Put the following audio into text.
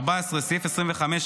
(14) סעיף 25,